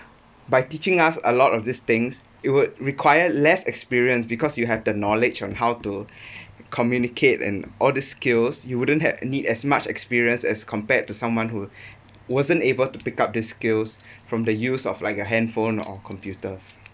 by teaching us a lot of these things it would require less experience because you have the knowledge on how to communicate and all these skills you wouldn't have need as much experience as compared to someone who wasn't able to pick up these skills from the use of like a hand phone or computers